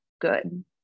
good